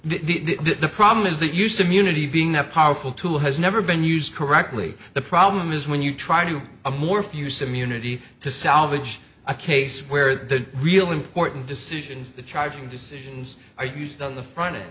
moved the problem is that use immunity being a powerful tool has never been used correctly the problem is when you try to a more few some unity to salvage a case where the real important decisions the charging decisions are used on the front